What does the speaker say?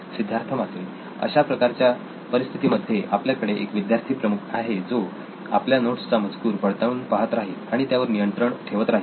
सिद्धार्थ मातुरी अशा प्रकारच्या परिस्थितीमध्ये आपल्याकडे एक विद्यार्थीप्रमुख आहे जो आपल्या नोट्सचा मजकूर पडताळून पाहत राहील आणि त्यावर नियंत्रण ठेवत राहील